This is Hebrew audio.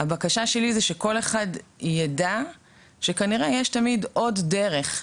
הבקשה שלי זה שכל אחד יידע שכנראה יש תמיד עוד דרך,